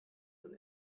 und